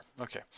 okay